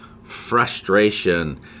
frustration